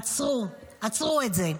עצרו, עצרו את זה.